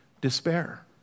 Despair